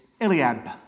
eliab